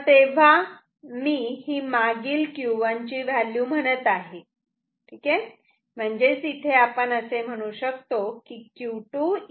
तेव्हा मी ही मागील Q1 ची व्हॅल्यू म्हणत आहे